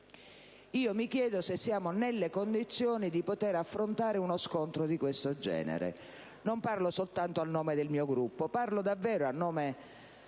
Mi chiedo se siamo nelle condizioni di poter affrontare uno scontro di questo genere. Non parlo soltanto a nome del mio Gruppo: parlo davvero a nome